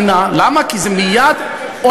אני אספר לך רגע סיפורים,